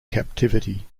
captivity